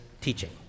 teaching